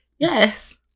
Yes